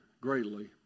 greatly